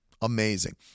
amazing